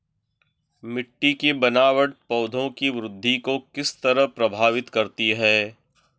मिटटी की बनावट पौधों की वृद्धि को किस तरह प्रभावित करती है?